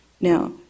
Now